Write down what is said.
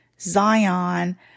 Zion